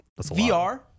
VR